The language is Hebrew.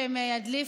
שהם ידליפו.